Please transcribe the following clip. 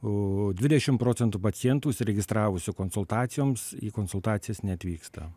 dvidešim procentų pacientų užsiregistravusių konsultacijoms į konsultacijas neatvyksta